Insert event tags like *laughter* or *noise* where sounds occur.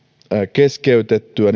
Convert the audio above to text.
keskeytettyä *unintelligible*